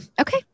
okay